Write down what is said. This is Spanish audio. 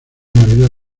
navidad